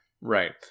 Right